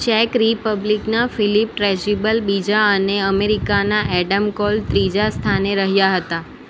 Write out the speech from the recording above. check રિપબ્લિકના Filip Trejbal બીજા અને અમેરિકાના એડમ કોલ ત્રીજા સ્થાને રહ્યા હતા